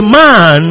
man